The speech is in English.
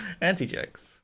Anti-jokes